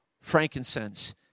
frankincense